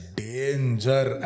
danger